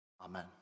Amen